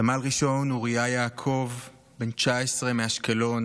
סמל ראשון אוריה יעקב, בן 19 מאשקלון,